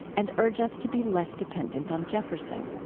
and urge us to be less dependant on jefferson.